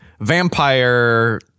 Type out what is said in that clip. vampire